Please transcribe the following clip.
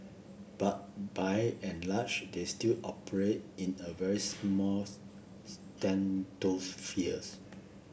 but by and large they still operate in a very small